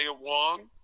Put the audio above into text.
Wong